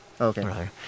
Okay